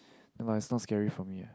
no lah it's not scary for me ah